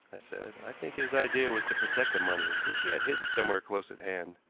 i said. i think his idea was to protect the money which he had hidden somewhere close at hand.